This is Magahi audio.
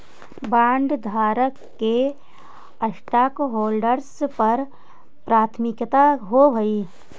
बॉन्डधारक के स्टॉकहोल्डर्स पर प्राथमिकता होवऽ हई